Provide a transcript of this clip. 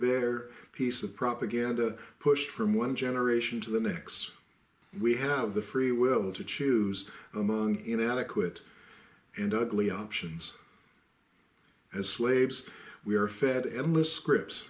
threadbare piece of propaganda pushed from one generation to the next we have the free will to choose among inadequate and ugly options as slaves we are fed endless scripts